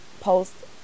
post